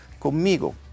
conmigo